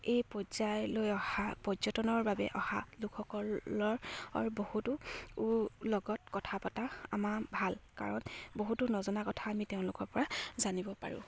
এই পৰ্যায়লৈ অহা পৰ্যটনৰ বাবে অহা লোকসকলৰ বহুতো লগত কথা পতা আমাৰ ভাল কাৰণ বহুতো নজনা কথা আমি তেওঁলোকৰ পৰা জানিব পাৰোঁ